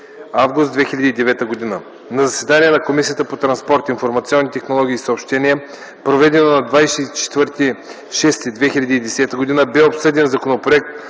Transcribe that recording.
август 2009 г. На заседание на Комисията по транспорт, информационни технологии и съобщения, проведено на 24 юни 2010 г., бе обсъден Законопроект